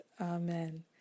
Amen